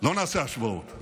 לא נעשה השוואות,